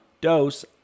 dose